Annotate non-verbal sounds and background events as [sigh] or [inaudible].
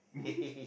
[laughs]